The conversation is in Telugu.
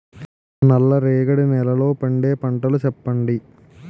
నల్ల రేగడి నెలలో పండే పంటలు చెప్పండి?